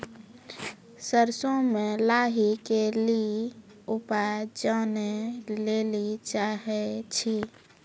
सरसों मे लाही के ली उपाय जाने लैली चाहे छी?